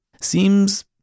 Seems